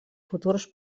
futurs